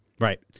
Right